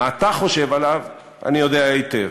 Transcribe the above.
מה אתה חושב עליו, אני יודע היטב.